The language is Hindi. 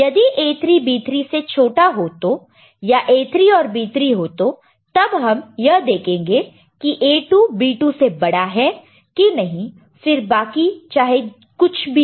यदि A3 B3 से छोटा हो तो या A3 और B3 हो तो तब हम यह देखेंगे कि A2 B2 से बड़ा है कि नहीं फिर बाकी चाहे कुछ भी हो